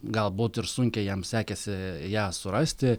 galbūt ir sunkiai jam sekėsi ją surasti